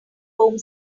home